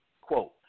quote